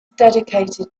dedicated